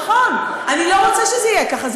נכון, אני לא רוצה שזה יהיה ככה.